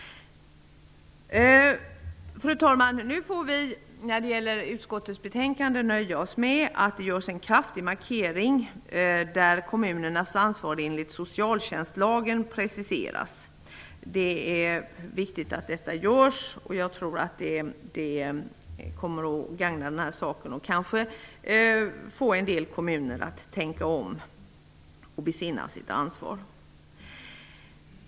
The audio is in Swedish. Fru talman! Beträffande utskottets betänkande får vi nöja oss med att det görs en kraftig markering där kommunernas ansvar enligt socialtjänstlagen preciseras. Det är viktigt att detta görs och det kommer att gagna saken. Kanske kan det få en del kommuner att tänka om och besinna sitt ansvar.